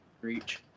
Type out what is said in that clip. reach